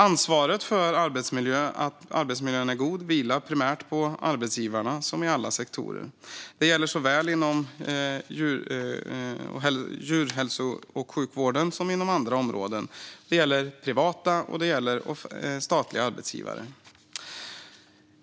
Ansvaret för att arbetsmiljön är god vilar primärt på arbetsgivarna, som i alla sektorer. Det gäller såväl inom djurhälso och djursjukvård som inom andra områden. Det gäller både privata och statliga arbetsgivare.